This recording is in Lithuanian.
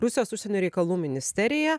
rusijos užsienio reikalų ministeriją